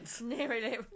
nearly